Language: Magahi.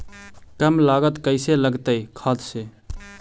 कम लागत कैसे लगतय खाद से?